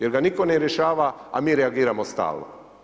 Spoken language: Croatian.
Jer ga nitko ne rješava, a mi reagiramo stalno.